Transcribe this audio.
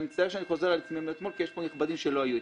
אני מצטער שאני חוזר על הפרטים כי יש פה נכבדים שלא היה אתמול.